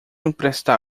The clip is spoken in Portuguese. emprestar